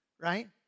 right